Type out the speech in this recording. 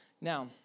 Now